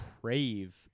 crave